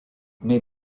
mais